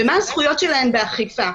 מה הזכויות שלהן באכיפה?